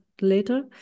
later